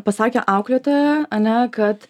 pasakė auklėtoja ane kad